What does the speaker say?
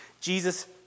Jesus